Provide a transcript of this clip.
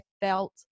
felt